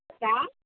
अष्ट